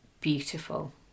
Beautiful